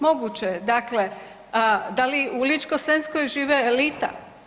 Moguće je, dakle da li u Ličko-senjskoj živi elita.